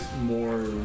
more